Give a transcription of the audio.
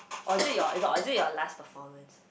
or is it your is or is it your last performance